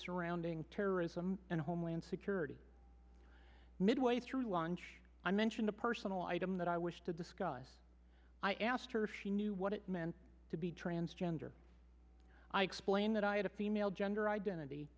surrounding terrorism and homeland security midway through lunch i mentioned a personal item that i wish to discuss i asked her if she knew what it meant to be transgender i explained that i had a female gender identity